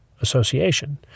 association